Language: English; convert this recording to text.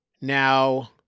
Now